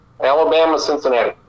Alabama-Cincinnati